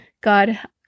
God